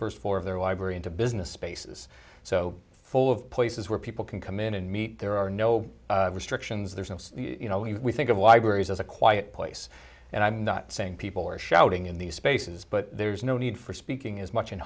first floor of their wives or into business spaces so full of places where people can come in and meet there are no restrictions there's no you know we think of libraries as a quiet place and i'm not saying people are shouting in these spaces but there's no need for speaking as much in